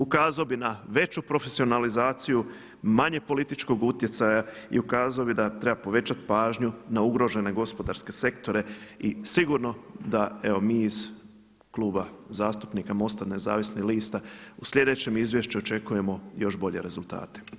Ukazao bi na veću profesionalizaciju, manje političkog utjecaja i ukazao bih da treba povećati pažnju na ugrožene gospodarske sektore i sigurno da evo mi iz Kluba zastupnika MOST-a Nezavisnih lista u sljedećem izvješću očekujemo još bolje rezultate.